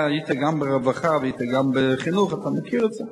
אתה היית גם ברווחה וגם בחינוך, ואתה מכיר את זה.